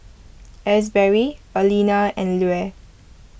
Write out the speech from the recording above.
Asberry Alena and Lue